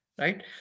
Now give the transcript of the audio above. right